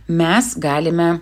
mes galime